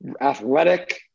athletic